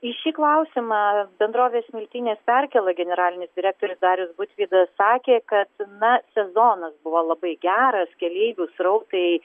į šį klausimą bendrovės smiltynės perkėla generalinis direktorius darius butvydas sakė kad na sezonas buvo labai geras keleivių srautai